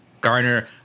Garner